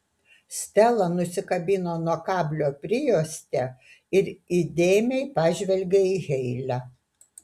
stela nusikabino nuo kablio prijuostę ir įdėmiai pažvelgė į heile